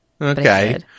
Okay